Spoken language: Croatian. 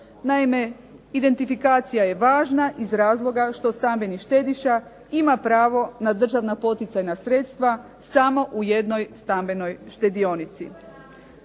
Naime, identifikacija je važna iz razloga što stambeni štediša ima pravo na državna poticajna sredstva samo u jednoj stambenoj štedionici.